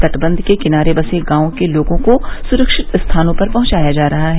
तटबंध के किनारे दसे गांव के लोगों को सुरक्षित स्थानों पर पहंचाया जा रहा है